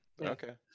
okay